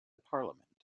parliament